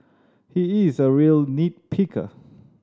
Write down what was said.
he is a real nit picker